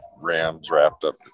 Rams-wrapped-up